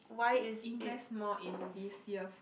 please invest more in this earphone